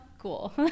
Cool